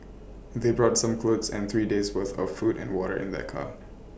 they brought some clothes and three days' worth of food and water in their car